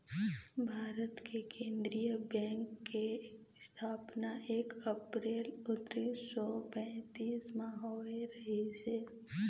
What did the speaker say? भारत के केंद्रीय बेंक के इस्थापना एक अपरेल उन्नीस सौ पैतीस म होए रहिस हे